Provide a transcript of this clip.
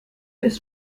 ist